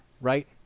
right